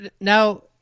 Now